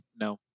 no